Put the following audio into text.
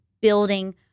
building